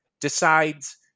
decides